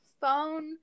phone